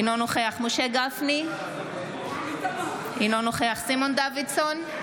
אינו נוכח משה גפני, אינו נוכח סימון דוידסון,